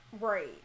Right